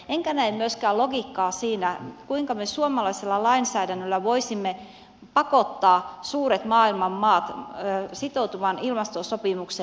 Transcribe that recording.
enkä näe myöskään logiikkaa siinä kuinka me suomalaisella lainsäädännöllä voisimme pakottaa maailman suuret maat sitoutumaan ilmastosopimukseen